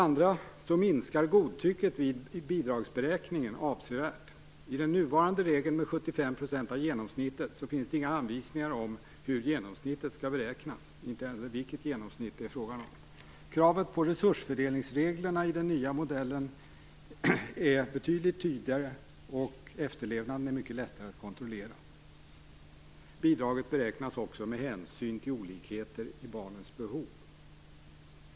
Utrymmet för godtycke vid bidragsberäkningen minskar avsevärt. I den nuvarande regeln, med 75 % av genomsnittet, finns det inga anvisningar om hur genomsnittet skall beräknas, inte ens vilket genomsnitt det är fråga om. Kraven på resursfördelningsreglerna i den nya modellen är betydligt tydligare och efterlevnaden mycket lättare att kontrollera. 3. Bidraget beräknas med hänsyn till olikheter i barnens behov.